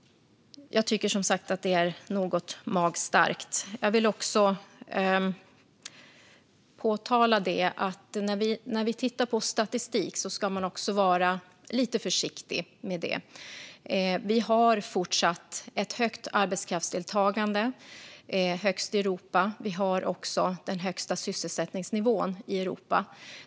Jag tycker som sagt att det var ett något magstarkt uttalande. Jag vill också påpeka att man ska vara lite försiktig när man tittar på statistik. Vi har fortsatt ett högt arbetskraftsdeltagande - högst i Europa - och vi har den högsta sysselsättningsnivån i Europa.